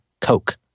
Coke